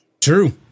True